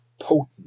potent